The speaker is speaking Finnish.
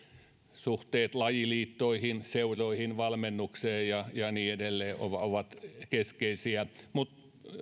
suhteet lajiliittoihin seuroihin valmennukseen ja ja niin edelleen ovat keskeisiä mutta